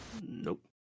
Nope